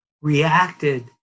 reacted